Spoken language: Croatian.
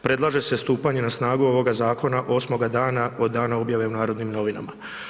Predlaže se stupanje na snagu ovoga zakona osmoga dana od dana objave u Narodnim novinama.